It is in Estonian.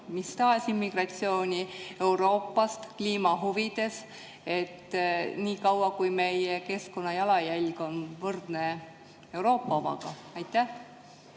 mis tahes immigratsiooni Euroopast – kliima huvides nii kaua, kui meie keskkonnajalajälg on võrdne Euroopa omaga? Aitäh,